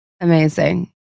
amazing